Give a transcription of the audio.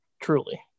truly